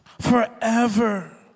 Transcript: Forever